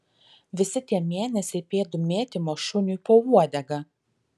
visi tie mėnesiai pėdų mėtymo šuniui po uodega